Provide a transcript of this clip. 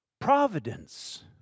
Providence